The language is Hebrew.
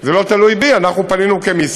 שעשינו זה לא תלוי בי, פנינו כמשרד.